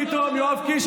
פתאום יואב קיש,